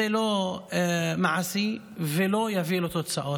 זה לא מעשי ולא יביא לתוצאות.